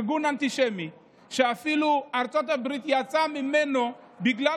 ארגון אנטישמי שאפילו ארצות הברית יצאה ממנו בגלל